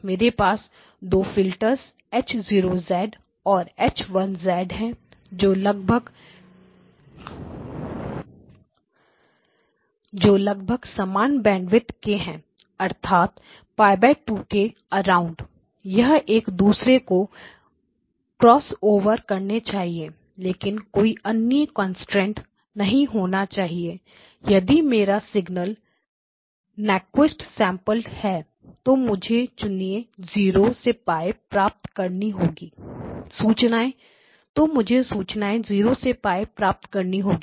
मेरे पास दो फिल्टर्स H 0 and H 1 है जो लगभग समान बैंडविड्थ के हैं अर्थात π 2 के अराउंड यह एक दूसरे को क्रॉसओवर करने चाहिए लेकिन कोई अन्य कन्सट्रैन्ट नहीं होना चाहिए यदि मेरा सिग्नल नक्विस्ट सैंपलड है तब मुझे सूचनाएं 0 से π प्राप्त करनी होंगी